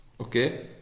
okay